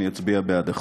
אני אצביע בעד החוק.